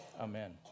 Amen